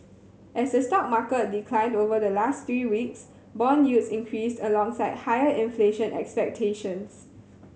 as the stock market declined over the last three weeks bond yields increased alongside higher inflation expectations